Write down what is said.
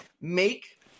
make